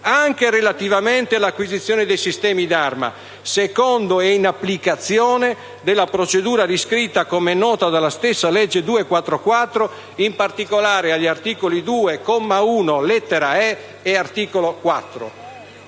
anche relativamente all'acquisizione dei sistemi d'arma, secondo e in applicazione della procedura riscritta, come è noto, dalla stessa legge n. 244 del 2012, in particolare agli articoli 2, comma 1, lettera *e*), e 4.